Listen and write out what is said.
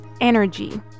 energy